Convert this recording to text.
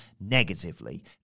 negatively